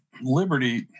liberty